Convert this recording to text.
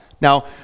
Now